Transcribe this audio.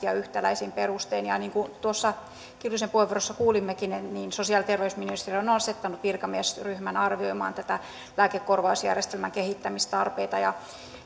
ja yhtäläisin perustein ja niin kuin tuossa kiljusen puheenvuorossa kuulimmekin sosiaali ja terveysministeriö on on asettanut virkamiesryhmän arvioimaan lääkekorvausjärjestelmän kehittämistarpeita